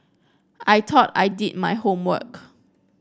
I thought I did my homework